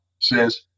says